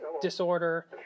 Disorder